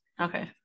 Okay